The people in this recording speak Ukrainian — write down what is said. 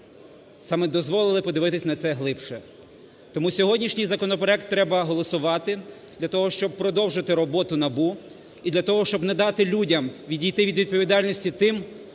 саме дозволили подивитись на це глибше. Тому сьогоднішній законопроект треба голосувати для того, щоб продовжити роботу НАБУ і для того, щоб не дати людям відійти від відповідальності тим,